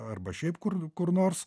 arba šiaip kur kur nors